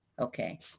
Okay